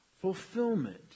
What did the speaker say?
fulfillment